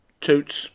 Toots